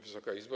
Wysoka Izbo!